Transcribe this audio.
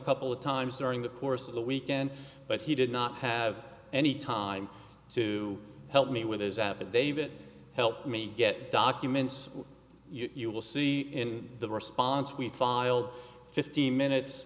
couple of times during the course of the weekend but he did not have any time to help me with his affidavit helped me get documents you will see in the response we filed fifteen minutes